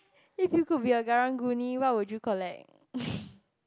if you could be a karang-guni what would you collect